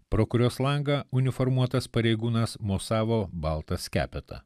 pro kurios langą uniformuotas pareigūnas mosavo balta skepeta